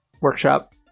workshop